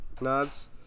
nods